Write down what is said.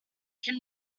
can